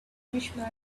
englishman